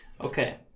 Okay